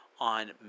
on